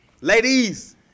Ladies